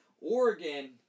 Oregon